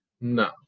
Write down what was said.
No